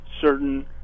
certain